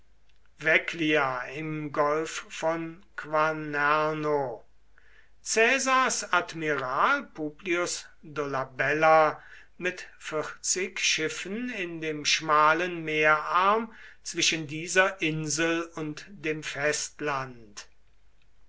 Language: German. im golf von quarnero caesars admiral publius dolabella mit vierzig schiffen in dem schmalen meerarm zwischen dieser insel und dem festland